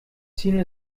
zielen